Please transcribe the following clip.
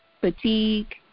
fatigue